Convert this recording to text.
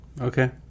okay